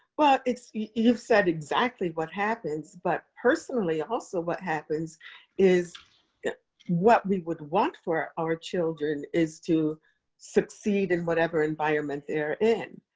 ah you've said exactly what happens, but personally also what happens is yeah what we would want for our children is to succeed in whatever environment they're in.